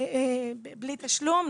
בלי תשלום,